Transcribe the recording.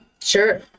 sure